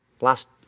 Last